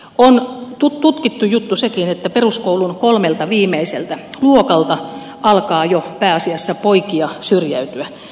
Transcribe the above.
on tutkittu juttu sekin että peruskoulun kolmelta viimeiseltä luokalta alkaa jo pääasiassa poikia syrjäytyä